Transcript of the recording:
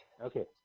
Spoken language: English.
Okay